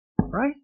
Right